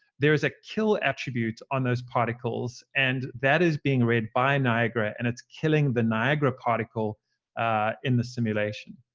there is a kill attribute on those particles. and that is being read by niagara. and it's killing the niagara particle in the simulation.